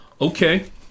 Okay